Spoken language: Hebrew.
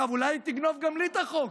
אגב, אולי היא תגנוב גם לי את החוק,